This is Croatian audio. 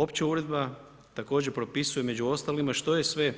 Opća uredba također propisuje, među ostalima, što je sve